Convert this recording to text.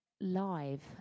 live